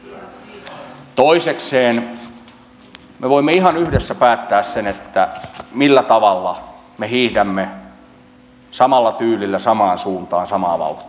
toisekseen me voimme ihan yhdessä päättää sen millä tavalla me hiihdämme samalla tyylillä samaan suuntaan samaa vauhtia